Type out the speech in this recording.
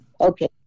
Okay